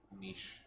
niche